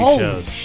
shows